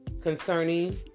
concerning